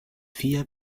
vier